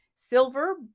silver